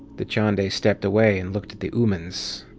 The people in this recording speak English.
dachande stepped away and looked at the oomans.